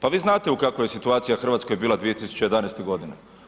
Pa vi znate kakva je situacija u Hrvatskoj bila 2011. godine.